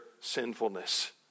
sinfulness